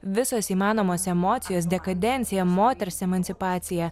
visos įmanomos emocijos dekadencija moters emancipacija